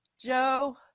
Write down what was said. Joe